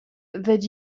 that